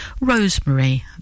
Rosemary